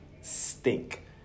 stink